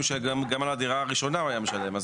שגם על דירה הראשונה הוא היה משלם.